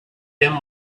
him